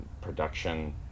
production